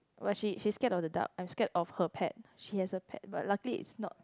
but she she scared of the dark I scared of her pet she has a pet but luckily it's not